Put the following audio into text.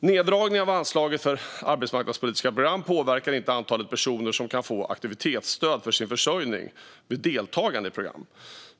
Neddragningen av anslaget för arbetsmarknadspolitiska program påverkar inte antalet personer som kan få aktivitetsstöd för sin försörjning vid deltagande i program.